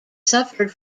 suffered